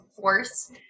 force